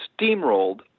steamrolled